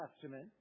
Testament